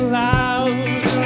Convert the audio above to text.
loud